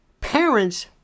Parents